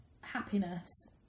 happiness